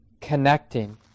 connecting